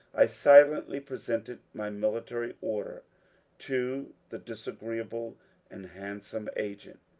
i silently presented my military order to the disagreeable and handsome agent,